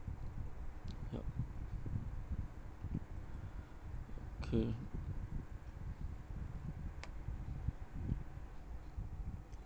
yup okay